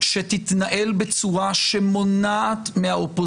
לדבר ------- ומיהם אנשים רגילים שלהם אסור לדבר.